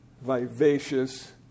vivacious